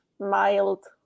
mild